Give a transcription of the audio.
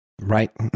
Right